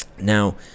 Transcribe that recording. Now